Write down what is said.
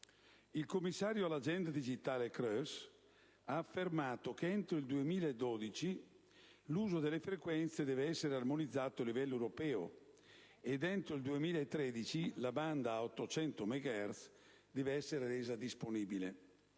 Il commissario all'agenda digitale Kroes ha affermato che entro il 2012 l'uso delle frequenze deve essere armonizzato a livello europeo ed entro il 2013 la banda a 800 megahertz deve essere resa disponibile.